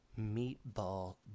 meatball